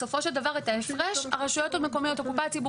בסופו של דבר את ההפרש הקופה הציבורית של הרשויות המקומיות תישא.